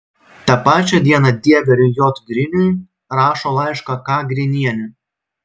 tą pačią dieną dieveriui j griniui rašo laišką k grinienė